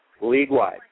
league-wide